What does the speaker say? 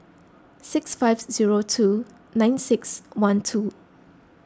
six five zero two nine six one two